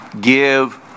give